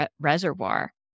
reservoir